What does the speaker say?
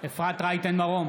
אפרת רייטן מרום,